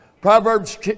proverbs